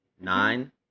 nine